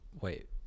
wait